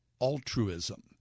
altruism